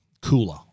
cooler